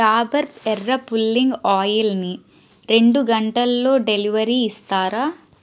డాబర్ ఎర్ర పుల్లింగ్ ఆయిల్ని రెండు గంటల్లో డెలివరీ ఇస్తారా